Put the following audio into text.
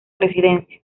residencia